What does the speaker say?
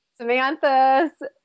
Samantha's